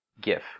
gif